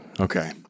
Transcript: Okay